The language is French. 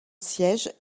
siège